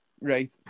Right